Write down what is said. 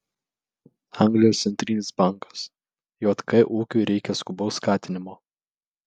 anglijos centrinis bankas jk ūkiui reikia skubaus skatinimo